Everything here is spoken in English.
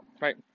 Right